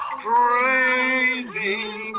praising